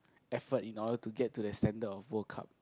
effort in order to get to the standard of World Cup